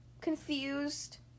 confused